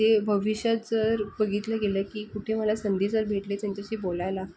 म्हणजे भविष्यात जर बघितलं गेलं की कुठे मला संधी जर भेटली त्यांच्याशी बोलायला